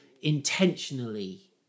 intentionally